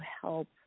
help